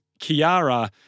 Kiara